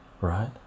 Right